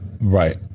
Right